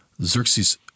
Xerxes